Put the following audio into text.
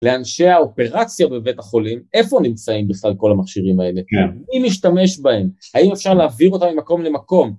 לאנשי האופרציה בבית החולים, איפה נמצאים בכלל כל המכשירים האלה? אם משתמש בהם, האם אפשר להעביר אותם ממקום למקום?